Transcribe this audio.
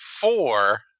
four